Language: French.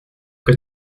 que